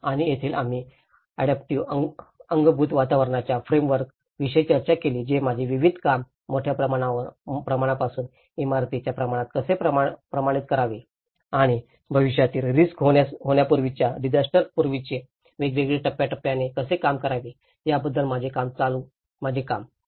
आणि येथेच आम्ही अड़ाप्टिव्ह अंगभूत वातावरणाच्या फ्रेमवर्क विषयी चर्चा केली जे माझे विविध काम मोठ्या प्रमाणापासून इमारतीच्या प्रमाणात कसे प्रमाणित करावे आणि भविष्यातील रिस्क होण्यापूर्वीच्या डिझास्टरपूर्वीचे वेगवेगळे टप्प्याटप्प्याने कसे काम करावे याबद्दल माझे चालू काम